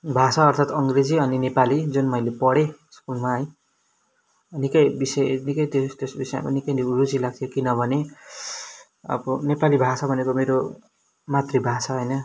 भाषा अर्थात अङ्ग्रेजी अनि नेपाली जुन मैले पढेँ स्कुलमा है निकै विषय निकै त्यस विषयमा निकै नै रुचि लाग्थ्यो किनभने अब नेपाली भाषा भनेको मेरो मतृभाषा हो होइन